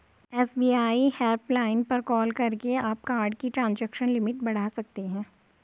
SBI helpline पर call करके आप कार्ड की ट्रांजैक्शन लिमिट बढ़ा सकते हैं